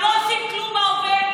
הם לא עושים כלום בהווה,